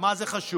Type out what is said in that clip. מה זה חשוב.